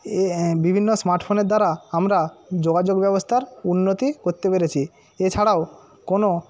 বিভিন্ন স্মার্টফোনের দ্বারা আমরা যোগাযোগ ব্যবস্থার উন্নতি করতে পেরেছি এছাড়াও কোনো